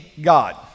God